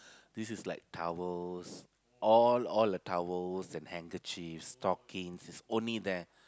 this is like towels all all the towels and handkerchiefs stockings it's only there